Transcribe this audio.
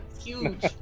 Huge